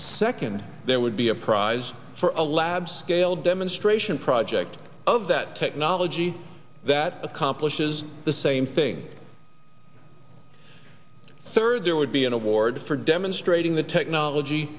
second there would be a prize for a lab scale demonstration project of that technology that accomplishes the same thing third there would be an award for demonstrating the technology